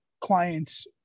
clients